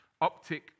Optic